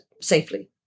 safely